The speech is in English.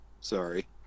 Sorry